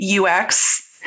UX